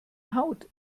haut